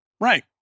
Right